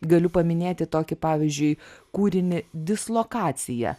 galiu paminėti tokį pavyzdžiui kūrinį dislokacija